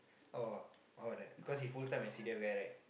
oh oh the because he full time S_C_D_F guy right